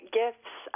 gifts